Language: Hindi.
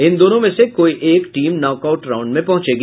इन दोनों में से कोई एक टीम नॉक आउट राउंड में पहुंचेगी